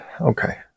Okay